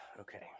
Okay